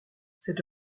cette